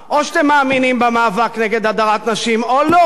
או שאתם מאמינים במאבק נגד הדרת נשים או שלא.